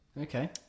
Okay